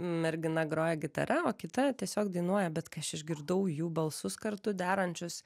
mergina groja gitara o kita tiesiog dainuoja bet kai aš išgirdau jų balsus kartu derančius